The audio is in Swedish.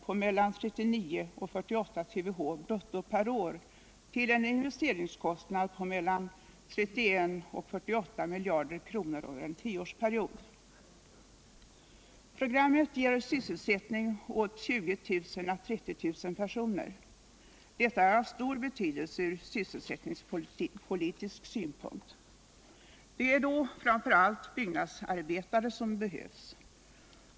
Programmet ger sysselsättning åt 20 000-30 000 personer. Detta är av stor betydelse ur sysselsättningspolitisk synpunkt. Det är framför allt byggnadsarbetare som behövs.